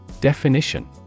Definition